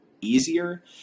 easier